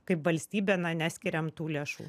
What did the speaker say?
kaip valstybė na neskiriam tų lėšų